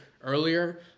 earlier